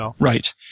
Right